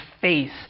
face